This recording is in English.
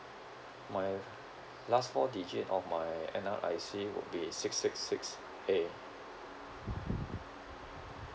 my last four digit of my N_R_I_C would be six six six A